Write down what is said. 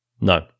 No